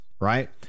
right